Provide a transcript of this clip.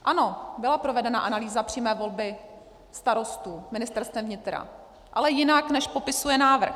Ano, byla provedena analýza přímé volby starostů Ministerstvem vnitra, ale jinak, než popisuje návrh.